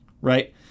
Right